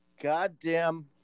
goddamn